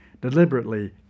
deliberately